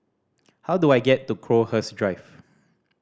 how do I get to Crowhurst Drive